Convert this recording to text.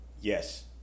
Yes